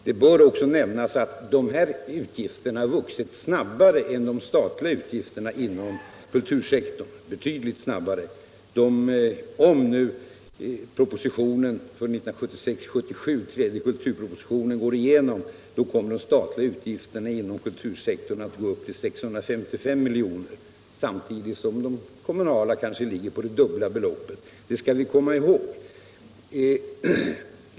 Det bör också nämnas att de kommunala kulturutgifterna vuxit betydligt snabbare än de statliga utgifterna inom kultursektorn. Om den tredje kulturpropositionen för budgetåret 1976/77 går igenom kommer de statliga utgifterna inom kultursektorn att uppgå till 655 milj.kr., samtidigt som de kommunala ligger på det kanske dubbla beloppet — det skall vi komma ihåg.